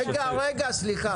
רגע, סליחה.